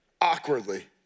awkwardly